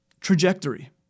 trajectory